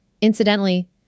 Incidentally